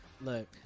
Look